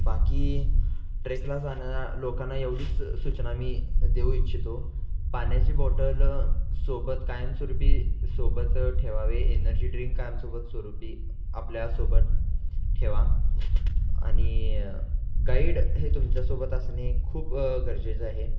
बाकी ट्रेकला जाणाऱ्या लोकांना एवढीच सूचना मी देऊ इच्छितो पाण्याची बॉटल सोबत कायमस्वरूपी सोबत ठेवावे एनर्जी ड्रिंक कायमसोबत स्वरूपी आपल्यासोबत ठेवा आणि गाईड हे तुमच्यासोबत असणे खूप गरजेचं आहे